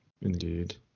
Indeed